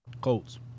Colts